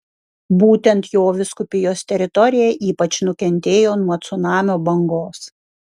būtent jo vyskupijos teritorija ypač nukentėjo nuo cunamio bangos